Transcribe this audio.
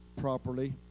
properly